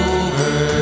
over